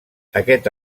aquest